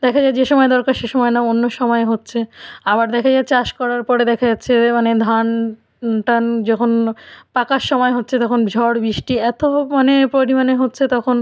দেখা যায় যে সময় দরকার সে সময় না অন্য সময়ে হচ্ছে আবার দেখা যায় চাষ করার পরে দেখা যাচ্ছে যে মানে ধান টান যখন পাকার সময় হচ্ছে তখন ঝড় বৃষ্টি এতো মানে পরিমাণে হচ্ছে তখন